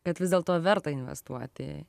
kad vis dėlto verta investuoti